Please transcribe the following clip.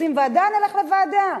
רוצים ועדה, נלך לוועדה,